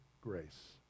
grace